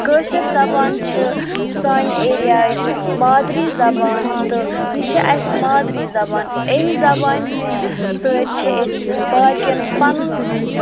کٲشِر زبان چھِ سانہِ ایریاہٕچ مادری زبان تہٕ یہِ چھِ اَسہِ مادری زبان امہِ زبانہِ ہٕنٛدۍ سۭتۍ چھِ أسۍ باقٕیَن پَنُن